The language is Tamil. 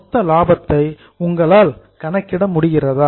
மொத்த லாபத்தை உங்களால் கணக்கிட முடிகிறதா